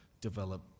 develop